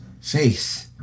faith